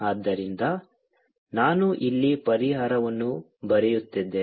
ಆದ್ದರಿಂದ ನಾನು ಇಲ್ಲಿ ಪರಿಹಾರವನ್ನು ಬರೆಯುತ್ತಿದ್ದೇನೆ